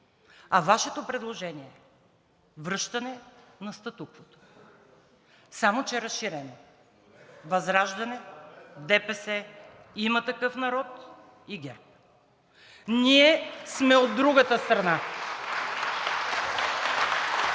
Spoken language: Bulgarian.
А Вашето предложение е връщане на статуквото, само че разширяване – ВЪЗРАЖДАНЕ, ДПС, „Има такъв народ“ и ГЕРБ. Ние сме от другата страна!